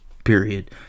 period